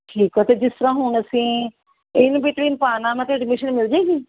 ਠੀਕ ਹੈ ਅਤੇ ਜਿਸ ਤਰ੍ਹਾਂ ਹੁਣ ਅਸੀਂ ਇਨ ਬਿਟਵੀਨ ਪਾਉਣਾ ਵਾ ਤਾਂ ਐਡਮਿਸ਼ਨ ਮਿਲ ਜੇਗੀ